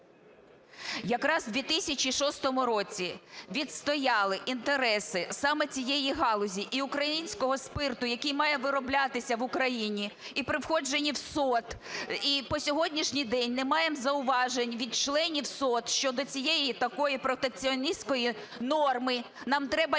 Якраз у 2006 році відстояли інтереси саме цієї галузі і українського спирту, який має вироблятися в Україні, і при входженні в СОТ, і по сьогоднішній день не маємо зауважень від членів СОТ щодо цієї такої протекціоністської норми, нам треба